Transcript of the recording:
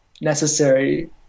necessary